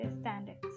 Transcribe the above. standards